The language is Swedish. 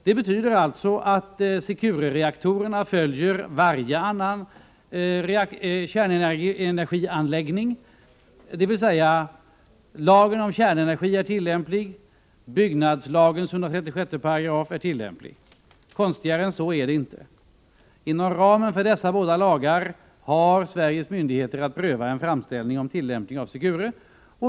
Det betyder att Secure-reaktorerna följer varje annan kärnenergianläggning. Det innebär att kärntekniklagen är tillämplig liksom 136a§ byggnadslagen. Konstigare än så är det inte. Inom ramen för dessa båda lagar har Sveriges myndigheter att pröva en framställning om tillämpning av Secure.